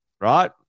right